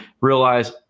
realize